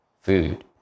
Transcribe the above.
food